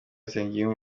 nsengumuremyi